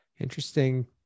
Interesting